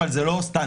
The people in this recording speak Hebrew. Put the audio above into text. אבל זה לא הסטנדרט.